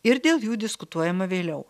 ir dėl jų diskutuojama vėliau